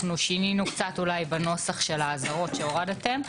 שינינו קצת אולי בנוסח של האזהרות שהורדתם.